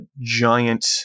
giant